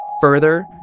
further